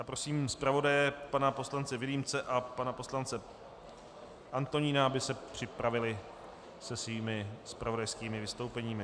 Prosím zpravodaje, pana poslance Vilímce a pana poslance Antonína, aby se připravili se svými zpravodajskými vystoupeními.